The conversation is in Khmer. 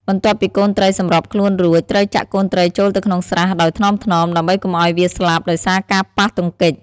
បន្ទាប់ពីកូនត្រីសម្របខ្លួនរួច ត្រូវចាក់កូនត្រីចូលទៅក្នុងស្រះដោយថ្នមៗ ដើម្បីកុំឲ្យវាស្លាប់ដោយសារការប៉ះទង្គិច។